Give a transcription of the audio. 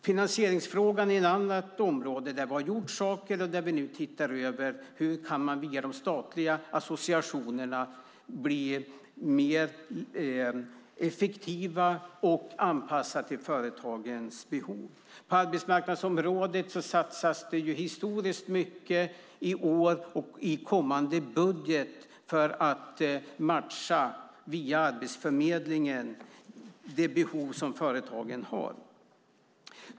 Finansieringen är ett annat område där vi har gjort saker. Nu ser vi över hur man via de statliga associationerna kan bli mer effektiv och anpassa det till företagens behov. På arbetsmarknadsområdet satsas det historiskt mycket i år och i kommande budget för att via Arbetsförmedlingen matcha de behov som företagen har.